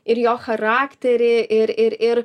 ir jo charakterį ir ir ir